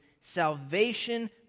Salvation